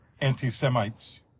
anti-Semites